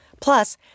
Plus